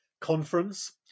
conference